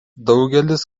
daugelis